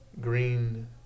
Green